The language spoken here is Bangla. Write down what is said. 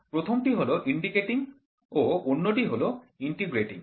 প্রথমটি হল ইন্ডিকেটিং ও অন্যটি হল ইন্টিগ্রেটিং